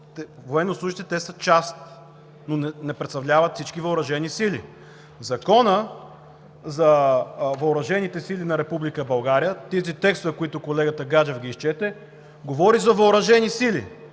военнослужещите са част, но не представляват всички въоръжени сили. Законът за въоръжените сили на Република България, тези текстове, които колегата Гаджев изчете, говори за въоръжени сили,